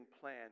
plan